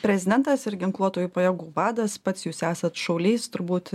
prezidentas ir ginkluotųjų pajėgų vadas pats jūs esat šaulys turbūt